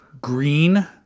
green